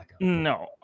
No